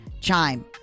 Chime